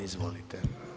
Izvolite.